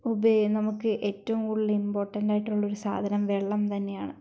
നമുക്ക് ഏറ്റവും കൂടുതൽ ഇമ്പോർട്ടന്റ ആയിട്ടുള്ള ഒരു സാധനം വെള്ളം തന്നെയാണ്